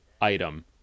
item